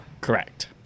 Correct